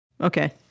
okay